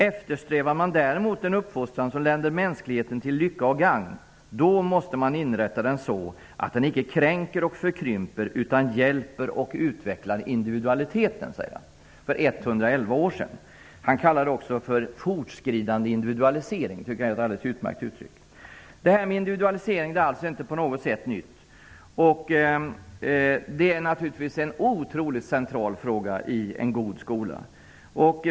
Eftersträfvar man däremot en uppfostran, som länder mänskligheten till lycka och gagn, då måste man inrätta den så, att den icke kränker och förkrymper, utan hjälper och utvecklar individualiteten.'' Detta var för 111 år sedan. Han kallade detta för fortskridande individualisering. Jag tycker att det är ett alldeles utmärkt uttryck. Individualisering är inte något nytt. Det är naturligtvis en otroligt central fråga i en god skola.